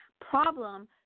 problem